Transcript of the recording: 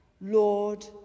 Lord